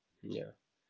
yeah